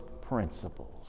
principles